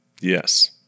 Yes